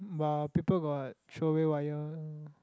but people got throw away wire